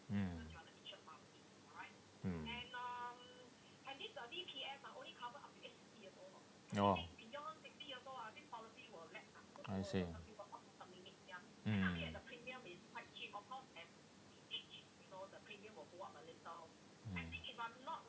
mm mm oh I see mm mm